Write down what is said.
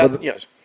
Yes